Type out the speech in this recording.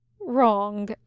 Wrong